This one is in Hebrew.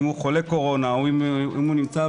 אם הוא חולה קורונה או אם הוא נמצא